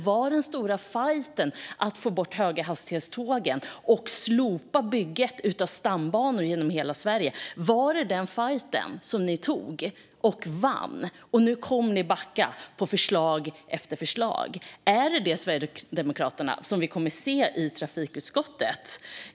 Var den stora fajten att få bort höghastighetstågen och slopa bygget av stambanor genom hela Sverige? Var det denna fajt Sverigedemokraterna tog och vann, och kommer man nu att backa när det gäller förslag efter förslag? Är det detta parti vi kommer att se i trafikutskottet?